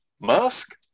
Musk